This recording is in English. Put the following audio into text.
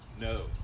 no